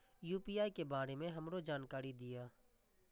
UPI के बारे में हमरो जानकारी दीय?